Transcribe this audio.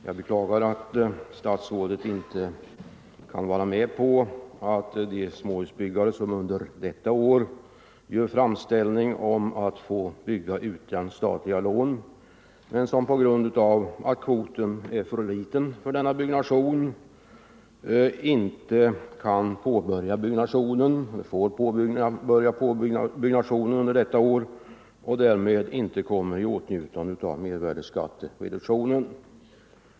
Jag beklagar att statsrådet inte kan gå med på att låta de småhusbyggare som under detta år gör framställning om att få bygga utan statliga lån men som -— på grund av att kvoten för denna byggnation är för liten —- inte får påbörja byggnationen i år komma i åtnjutande av reduktionen på mervärdeskatten.